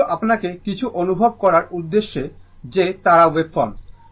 শুধু আপনাকে কিছু অনুভব করার উদ্দেশ্যে যে তারা ওয়েভফর্মস